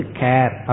care